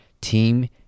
team